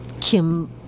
Kim